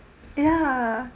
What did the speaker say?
ya